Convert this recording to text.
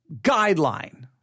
guideline